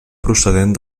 procedent